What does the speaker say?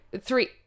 Three